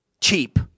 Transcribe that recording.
cheap